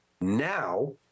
now